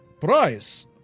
price